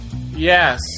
Yes